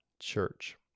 church